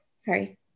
Sorry